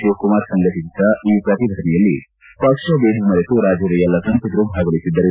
ಶಿವಕುಮಾರ್ ಸಂಘಟಿಬಿದ್ದ ಈ ಪ್ರತಿಭಟನೆಯಲ್ಲಿ ಪಕ್ಷಬೇಧ ಮರೆತು ರಾಜ್ಣದ ಎಲ್ಲಾ ಸಂಸದರು ಭಾಗವಹಿಸಿದ್ದರು